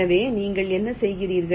எனவே நீங்கள் என்ன செய்கிறீர்கள்